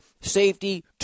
Safety